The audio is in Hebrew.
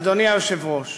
אדוני היושב-ראש,